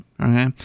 Okay